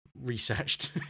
researched